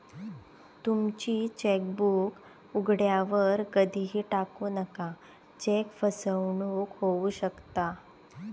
तुमची चेकबुक उघड्यावर कधीही टाकू नका, चेक फसवणूक होऊ शकता